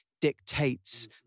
dictates